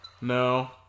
No